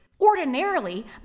Ordinarily